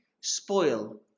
spoil